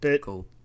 cool